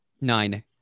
Nine